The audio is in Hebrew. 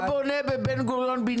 אתה בונה עכשיו בניינים בבן-גוריון,